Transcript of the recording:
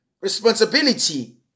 responsibility